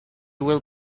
will